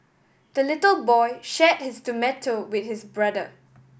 the little boy shared his tomato with his brother